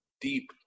deep